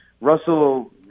Russell